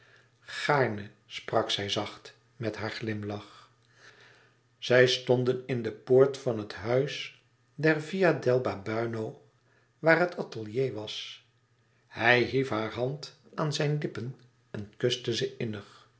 gaarne sprak zij zacht met haar glimlach zij stonden in de poort van het huis der via del babuino waar het atelier was hij hief haar hand aan zijn lippen en kuste ze